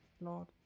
Lord